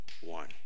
one